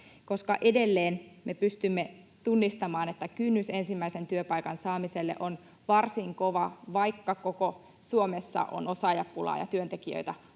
edelleen me pystymme tunnistamaan, että kynnys ensimmäisen työpaikan saamiselle on varsin kova, vaikka koko Suomessa on osaajapula ja työntekijöitä haetaan